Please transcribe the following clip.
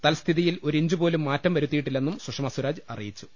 തൽസ്ഥിതിയിൽ ഒരിഞ്ചു പോലും മാറ്റം വരുത്തിയിട്ടില്ലെന്നും സുഷമാ സ്വരാജ് അറിയിച്ചു